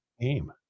game